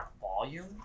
volume